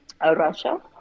Russia